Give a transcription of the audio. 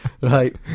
Right